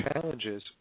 challenges